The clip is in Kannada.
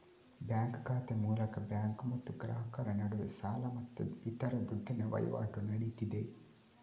ಬ್ಯಾಂಕ್ ಖಾತೆ ಮೂಲಕ ಬ್ಯಾಂಕ್ ಮತ್ತು ಗ್ರಾಹಕರ ನಡುವೆ ಸಾಲ ಮತ್ತೆ ಇತರ ದುಡ್ಡಿನ ವೈವಾಟು ನಡೀತದೆ